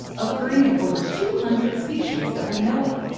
occurring in over two hundred species that we know of.